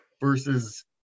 versus